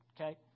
okay